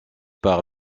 par